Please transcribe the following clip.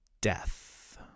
death